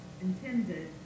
intended